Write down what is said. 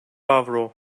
avro